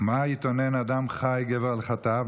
"מה יתאונן אדם חי גבר על חטאו.